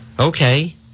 okay